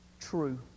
true